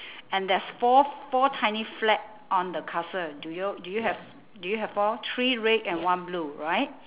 and there's four four tiny flag on the castle do you do you have do you have all three red and one blue right